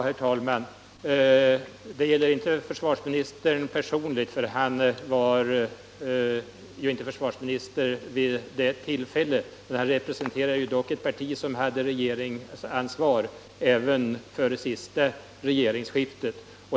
Herr talman! Det gäller inte herr de Geer personligen, för han var inte försvarsminister vid det tillfället, men han representerar ett parti som hade regeringsansvar även före det senaste regeringsskiftet.